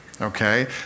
okay